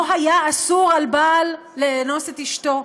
לא היה אסור על בעל לאנוס את אשתו,